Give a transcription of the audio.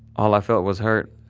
all i felt was hurt.